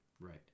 Right